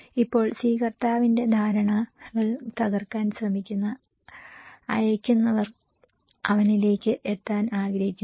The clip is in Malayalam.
ഇപ്പോൾ സ്വീകർത്താവിന്റെ ധാരണകൾ തകർക്കാൻ ശ്രമിക്കുന്ന അയക്കുന്നവർ അവനിലേക്ക് എത്താൻ ആഗ്രഹിക്കുന്നു